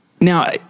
now